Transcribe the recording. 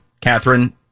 Catherine